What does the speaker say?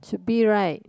should be right